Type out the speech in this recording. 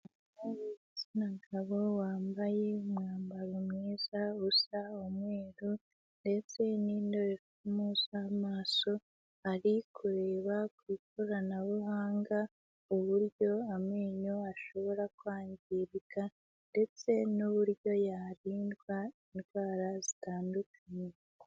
Umuntu w'igitsina gabo wambaye umwambaro mwiza usa umweru ndetse n'indorerwamo z'amaso, ari kureba ku ikoranabuhanga uburyo amenyo ashobora kwangirika ndetse n'uburyo yarindwa indwara zitandukanye.